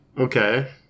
Okay